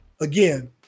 Again